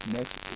Next